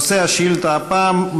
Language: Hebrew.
נושא השאילתה הפעם: